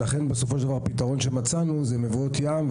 לכן, בסופו של דבר הפתרון שמצאנו זה מבואות ים.